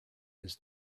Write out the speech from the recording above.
his